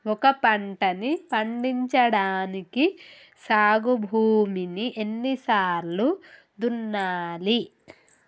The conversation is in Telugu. ఒక పంటని పండించడానికి సాగు భూమిని ఎన్ని సార్లు దున్నాలి?